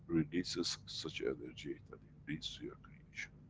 releases such energy, that it leads to your creation.